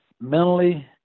Mentally